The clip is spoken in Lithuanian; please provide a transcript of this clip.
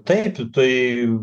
taip tai